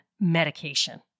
medication